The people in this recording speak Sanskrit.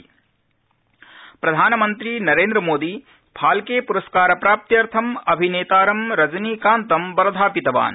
प्रधानमन्त्री रजनीकान्त प्रधानमन्त्री नरेन्द्र मोदी फाल्के प्रस्कार प्राप्त्यर्थम् अभिनेतारं रजनीकान्तं वर्धापितवान्